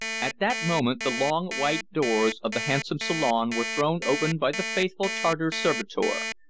at that moment the long white doors of the handsome salon were thrown open by the faithful tartar servitor,